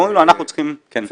אנחנו צריכים -- צחי,